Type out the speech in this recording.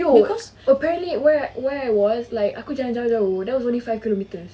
no apparently where where was like aku jalan jauh-jauh that was only five kilometres